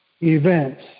events